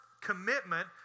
commitment